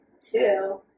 two